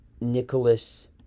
Nicholas